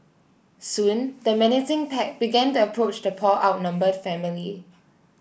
soon the menacing pack began to approach the poor outnumbered family